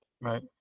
right